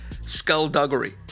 skullduggery